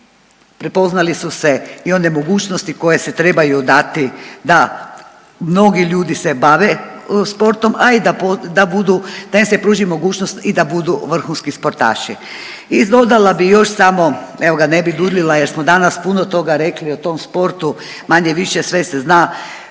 prepoznali su se i one mogućnosti koje se trebaju dati da mnogi ljudi se bave sportom, a i da po…, da budu, da im se pruži mogućnost i da budu vrhunski sportaši. I dodala bi još samo evo ga ne bi duljila jer smo danas puno toga rekli o tom sportu, manje-više sve se zna,